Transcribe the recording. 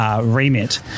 remit